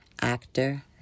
actor